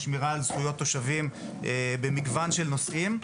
שמירה על זכויות תושבים במגוון של נושאים.